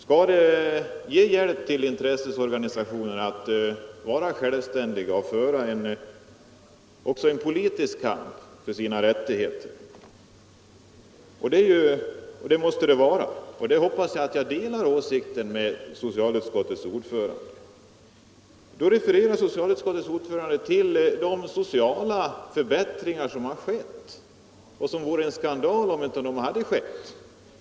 Skall det ge intresseorganisationerna hjälp att vara självständiga och föra också en politisk kamp för medlemmarnas rättigheter? Det måste det vara, och på den punkten hoppas jag att socialutskottets ordförande delar min åsikt. Socialutskottets ordförande refererade till de sociala förbättringar som har skett —- det vore en skandal om de inte hade skett.